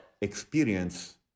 experience